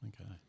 okay